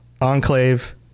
Enclave